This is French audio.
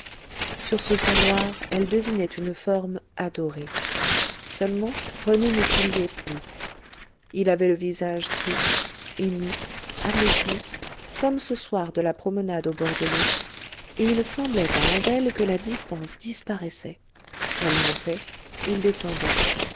sur ce fond noir elle devinait une forme adorée seulement rené ne souriait plus il avait le visage triste ému amaigri comme ce soir de la promenade au bord de l'eau et il semblait à angèle que la distance disparaissait elle montait il descendait